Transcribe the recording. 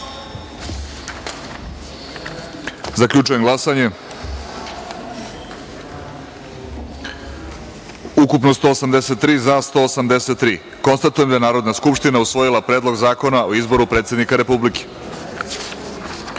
celini. Zaključujem glasanje: ukupno - 183, za - 183.Konstatujem da je Narodna skupština usvojila Predlog zakona o izboru predsednika Republike. Predlog